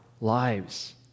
lives